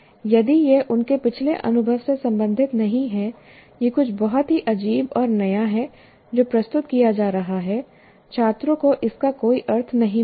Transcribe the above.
यदि यह उनके पिछले अनुभव से संबंधित नहीं है यह कुछ बहुत ही अजीब और नया है जो प्रस्तुत किया जा रहा है छात्रों को इसका कोई अर्थ नहीं मिलेगा